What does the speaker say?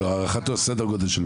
סדר גודל.